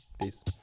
Peace